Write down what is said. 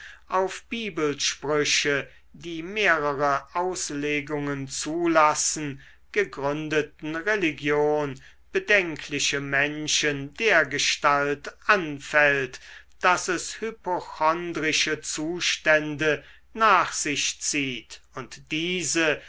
auf bibelsprüche die mehrere auslegungen zulassen gegründeten religion bedenkliche menschen dergestalt anfällt daß es hypochondrische zustände nach sich zieht und diese